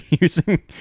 using